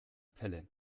pelle